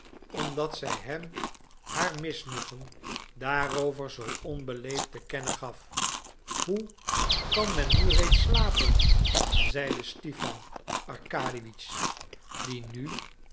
omdat zij hem haar misnoegen daarover zoo onbeleefd te kennen gaf hoe kan men nu reeds slapen zeide stipan arkadiewitsch die nu